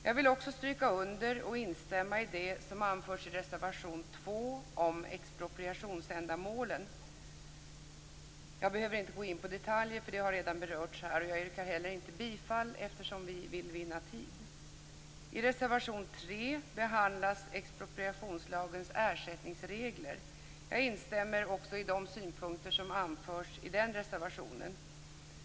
Jag vill också stryka under och instämma i det som anförs i reservation 2 om expropriationsändamålen. Jag behöver inte gå in på detaljer, för det har redan berörts här. Jag yrkar inte heller bifall, eftersom vi vill vinna tid. I reservation 3 behandlas expropriationslagens ersättningsregler. Jag instämmer också i de synpunkter som anförs i den reservationen.